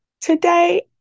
today